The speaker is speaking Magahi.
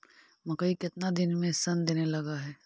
मकइ केतना दिन में शन देने लग है?